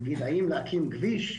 נניח אם להקים כביש,